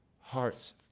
hearts